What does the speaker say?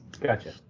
gotcha